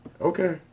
Okay